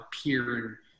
appear